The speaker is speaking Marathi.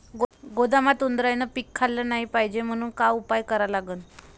गोदामात उंदरायनं पीक खाल्लं नाही पायजे म्हनून का उपाय करा लागन?